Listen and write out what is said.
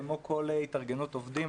כמו כל התארגנות עובדים,